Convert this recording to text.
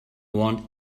want